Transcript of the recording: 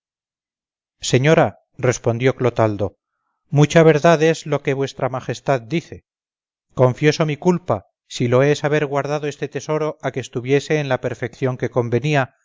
señora respondió clotaldo mucha verdad es lo que v majestad dice confieso mi culpa si lo es haber guardado este tesoro a que estuviese en la perfección que convenía